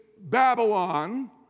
Babylon